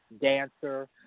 dancer